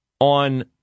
on